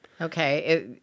Okay